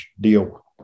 deal